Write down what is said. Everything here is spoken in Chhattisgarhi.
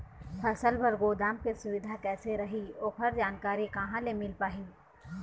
फसल बर गोदाम के सुविधा कैसे रही ओकर जानकारी कहा से मिल पाही?